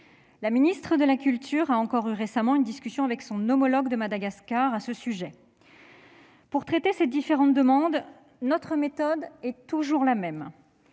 La ministre de la culture s'est ainsi récemment entretenue avec son homologue de Madagascar à ce sujet. Pour traiter ces différentes demandes, notre méthode reste la même.